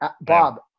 Bob